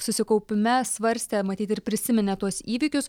susikaupime svarstė matyt ir prisiminė tuos įvykius